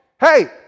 Hey